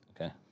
Okay